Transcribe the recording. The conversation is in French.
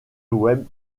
web